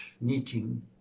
meeting